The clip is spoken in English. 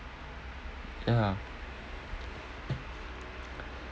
ya